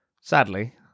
Sadly